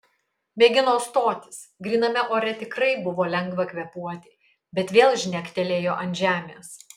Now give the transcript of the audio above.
mėgino stotis gryname ore tikrai buvo lengva kvėpuoti bet vėl žnektelėjo ant žemės